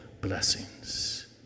blessings